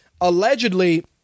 Allegedly